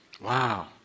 Wow